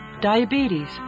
Diabetes